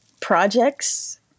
projects